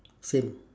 same